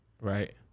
Right